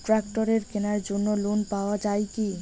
ট্রাক্টরের কেনার জন্য লোন পাওয়া যায় কি?